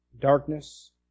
darkness